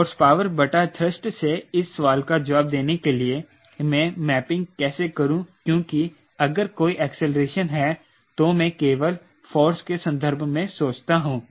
horsepower बटा thrust से इस सवाल का जवाब देने के लिए मैं मैपिंग कैसे करूं क्योंकि अगर कोई एक्सेलरेशन है तो मैं केवल फोर्स के संदर्भ में सोचता हूं